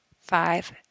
five